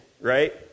right